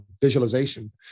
visualization